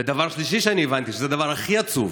ודבר שלישי שאני הבנתי, וזה הדבר הכי עצוב,